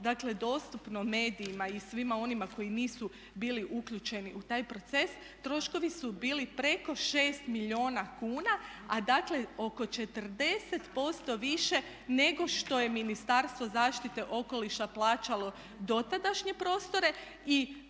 dakle dostupno medijima i svima onima koji nisu bili uključeni u taj proces troškovi su bili preko 6 milijuna kuna a dakle oko 40% više nego što je Ministarstvo zaštite okoliša plaćalo dotadašnje prostore